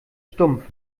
stumpf